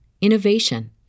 innovation